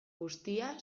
guztia